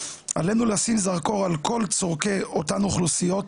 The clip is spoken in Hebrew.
עלינו לשים זרקור על כל צורכי אותן אוכלוסיות,